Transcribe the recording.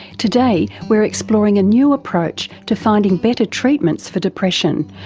today we're exploring a new approach to finding better treatments for depression,